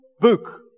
book